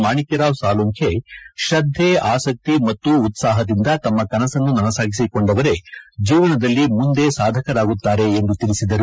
ಮಾಣಿಕ್ಕರಾವ್ ಸಾಲುಂಖೆ ಶ್ರದ್ಧೆ ಆಸಕ್ತಿ ಮತ್ತು ಉತ್ಸಾಹದಿಂದ ತಮ್ಮ ಕನಸನ್ನು ನನಸಾಗಿಸಿಕೊಂಡವರೇ ಜೀವನದಲ್ಲಿ ಮುಂದೆ ಸಾಧಕರಾಗುತ್ತಾರೆ ಎಂದು ತಿಳಿಸಿದರು